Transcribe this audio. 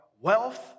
wealth